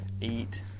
eat